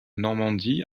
normandie